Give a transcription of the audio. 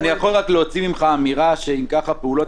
אני יכול רק להוציא ממך אמירה אם כך שהפעולות